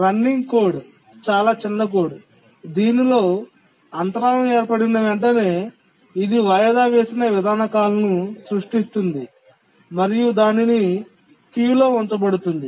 నడుస్తున్న కోడ్ చాలా చిన్న కోడ్ దీనిలో అంతరాయం ఏర్పడిన వెంటనే ఇది వాయిదా వేసిన విధాన కాల్ ను సృష్టిస్తుంది మరియు దానిని క్యూ లో ఉంచుతుంది